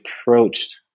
approached